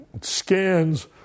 scans